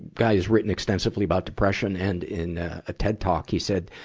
guy has written extensively about depression. and in a ted talk, he said,